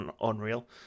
unreal